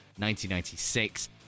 1996